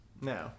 No